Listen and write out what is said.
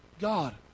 God